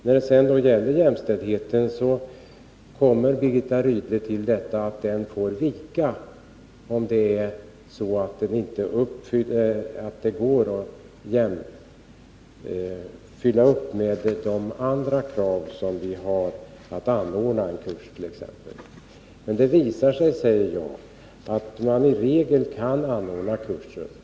Birgitta Rydle kom fram till att jämställdheten får vika, om det inte går att uppfylla de andra krav som man har för att t.ex. anordna en kurs. Men det visar sig, säger jag, att man i regel kan anordna kurser.